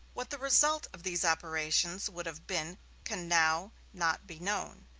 what the result of these operations would have been can now not be known,